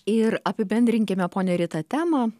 ir apibendrinkime ponia rita temą